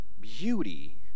beauty